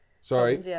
Sorry